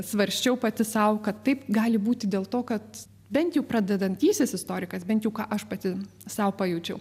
svarsčiau pati sau kad taip gali būti dėl to kad bent jau pradedantysis istorikas bent jau ką aš pati sau pajaučiau